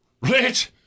rich